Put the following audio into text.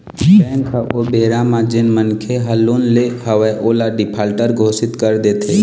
bank ह ओ बेरा म जेन मनखे ह लोन ले हवय ओला डिफाल्टर घोसित कर देथे